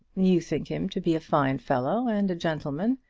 you think him to be a fine fellow and a gentleman,